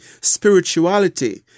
spirituality